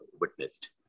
witnessed